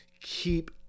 Keep